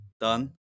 done